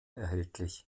erhältlich